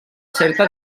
certa